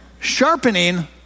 sharpening